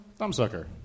Thumbsucker